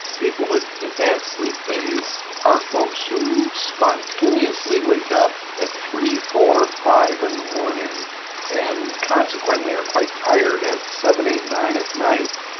people with advanced sleep phase are folks who spontaneously wake up at three, four or five in the morning and consequently are quite tired at seven, eight, nine at night.